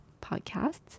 podcasts